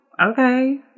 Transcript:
okay